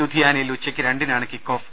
ലുധിയാനയിൽ ഉച്ചയ്ക്ക് രണ്ടിനാണ് ക്വിക്കോഫ്